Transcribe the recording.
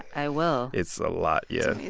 i will it's a lot, yeah yeah